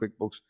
QuickBooks